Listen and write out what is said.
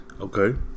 Okay